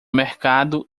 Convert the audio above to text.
mercado